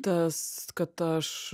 tas kad aš